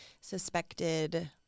suspected